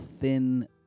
thin